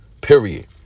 period